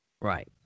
Right